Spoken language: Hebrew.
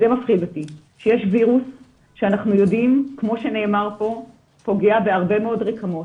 מפחיד אותי שאנחנו יודעים שהוא פוגע בהרבה מאוד רקמות,